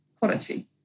quality